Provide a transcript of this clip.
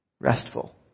restful